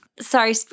Sorry